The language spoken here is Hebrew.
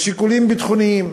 משיקולים ביטחוניים.